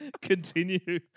Continue